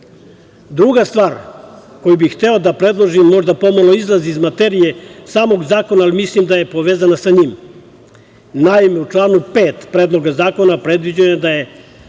stvar koju bih hteo da predložim možda pomalo izlazi iz materije samog zakona, ali mislim da je povezana sa njim. Naime, u članu 5. Predloga zakona predviđeno je da se